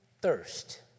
thirst